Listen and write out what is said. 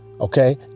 okay